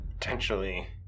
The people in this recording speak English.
potentially